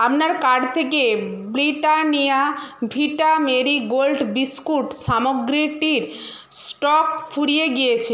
আপনার কার্ট থেকে Britannia Vita Marie Gold biscuit সামগ্রীটির স্টক ফুরিয়ে গিয়েছে